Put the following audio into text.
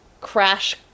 crash